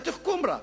בתחכום רב.